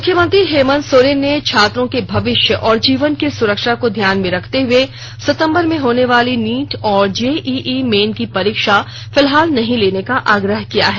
मुख्यमंत्री हेमंत सोरेन ने छात्रों के भविष्य और जीवन की सुरक्षा को ध्यान में रखते हये सितंबर में होने वाली नीट और जेईई मेन की परीक्षा फिलहाल नहीं लेने का आग्रह किया है